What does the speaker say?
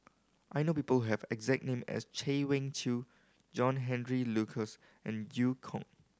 I know people who have the exact name as Chay Weng Yew John Henry Duclos and Eu Kong